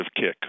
kick